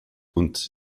und